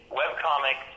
webcomic